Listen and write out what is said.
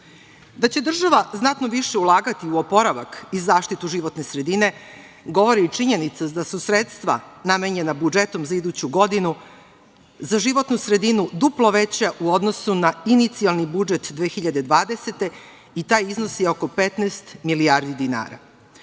će država znatno više ulagati u oporavak i zaštitu životne sredine govori i činjenica da su sredstva namenjena budžetom za iduću godinu za životnu sredinu duplo veća u odnosu na inicijalni budžet 2020. i taj iznos je oko 15.000.000.000